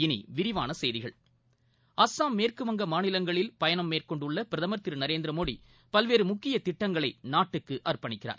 இனி விரிவான செய்திகள் அஸ்ஸாம் மேற்குவங்க மாநிலங்களில் இன்று பயணம் மேற்கொண்டுள்ள பிரதமர் திரு நரேந்திரமோடி பல்வேறு முக்கிய திட்டங்களை நாட்டுக்கு அர்ப்பணிக்கிறார்